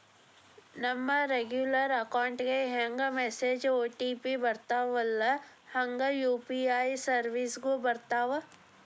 ನಮ regular account ಗೆ ಹೆಂಗ ಮೆಸೇಜ್ ಒ.ಟಿ.ಪಿ ಬರ್ತ್ತವಲ್ಲ ಹಂಗ ಯು.ಪಿ.ಐ ಸೆರ್ವಿಸ್ಗು ಬರ್ತಾವ